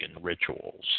rituals